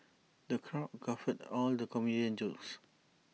the crowd guffawed at the comedian's jokes